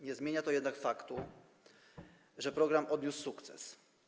Nie zmienia to jednak faktu, że program odniósł sukces.